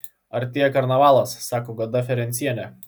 artėja karnavalas sako goda ferencienė